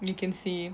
you can say